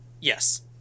Yes